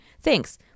Thanks